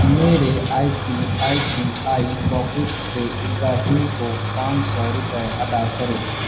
میرے I C I C I pocket سے ابراہیم کو پانچ سو روپئے ادا کرو